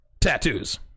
tattoos